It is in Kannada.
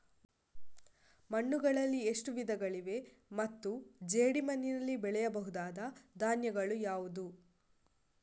ಮಣ್ಣುಗಳಲ್ಲಿ ಎಷ್ಟು ವಿಧಗಳಿವೆ ಮತ್ತು ಜೇಡಿಮಣ್ಣಿನಲ್ಲಿ ಬೆಳೆಯಬಹುದಾದ ಧಾನ್ಯಗಳು ಯಾವುದು?